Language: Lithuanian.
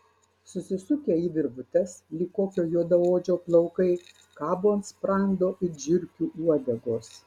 susisukę į virvutes lyg kokio juodaodžio plaukai kabo ant sprando it žiurkių uodegos